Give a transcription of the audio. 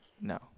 No